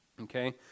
okay